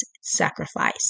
sacrifice